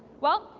well,